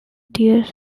tear